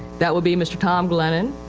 that would be mr. tom glennon.